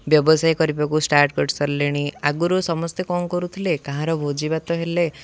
ବ୍ୟବସାୟ କରିବାକୁ ଷ୍ଟାର୍ଟ କରିସାରିଲେଣି ଆଗରୁ ସମସ୍ତେ କ'ଣ କରୁଥିଲେ କାହାର ଭୋଜିଭାତ ହେଲେ